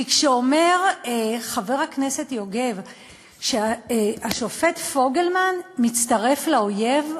כשאומר חבר הכנסת יוגב שהשופט פוגלמן מצטרף לאויב,